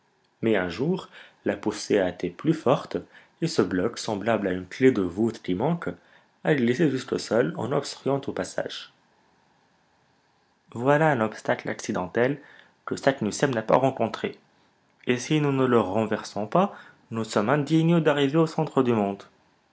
mais un jour la poussée a été plus forte et ce bloc semblable à une clef de voûte qui manque a glissé jusqu'au sol en obstruant tout passage voilà un obstacle accidentel que saknussemm n'a pas rencontré et si nous ne le renversons pas nous sommes indignes d'arriver au centre du monde